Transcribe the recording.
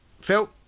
Phil